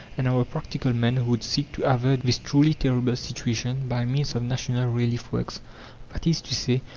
and our practical men would seek to avert this truly terrible situation by means of national relief works that is to say,